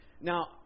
Now